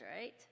right